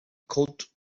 cult